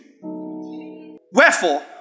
Wherefore